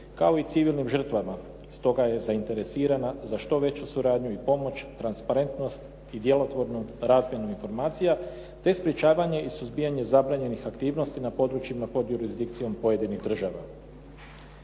kao i civilnim žrtvama. Stoga je zainteresirana za što veću suradnju i pomoć, transparentnost i djelotvornu razmjenu informacija te sprječavanje i suzbijanje zabranjenih aktivnosti na područjima pod jurisdikcijom pojedinih država.